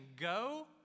go